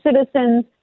citizens